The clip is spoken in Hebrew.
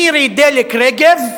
מירי "דלק" רגב,